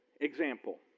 example